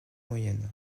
moyenne